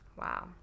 Wow